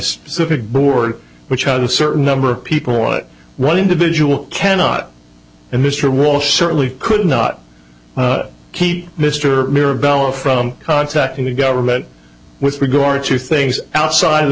specific board which had a certain number of people what one individual cannot and mr walsh certainly could not keep mr mirabelle from contacting the government with regard to things outside of the